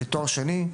לתואר שני.